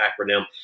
acronym